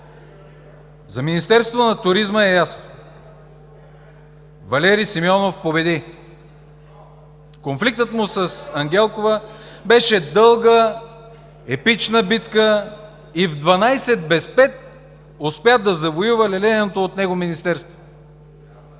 За Министерството на туризма е ясно – Валери Симеонов победи. Конфликтът му с Ангелкова беше дълга, епична битка и в дванадесет без пет успя да завоюва лелеяното от него министерство.